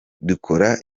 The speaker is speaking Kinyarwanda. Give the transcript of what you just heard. dukora